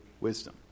wisdom